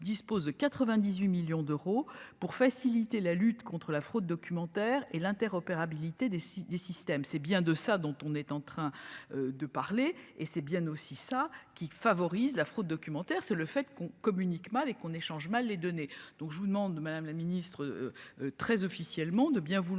dispose de 98 millions d'euros pour faciliter la lutte contre la fraude documentaire et l'interopérabilité des si des systèmes, c'est bien de ça dont on est en train de parler et c'est bien aussi ça qui favorise la fraude documentaire, c'est le fait qu'on communique mal et qu'on échange mal les données. Donc, je vous demande, Madame la ministre, très officiellement, de bien vouloir